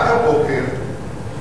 רק הבוקר,